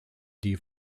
die